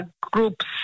groups